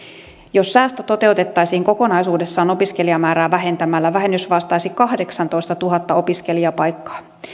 jos säästö toteutettaisiin kokonaisuudessaan opiskelijamäärää vähentämällä vähennys vastaisi kahdeksaatoistatuhatta opiskelijapaikkaa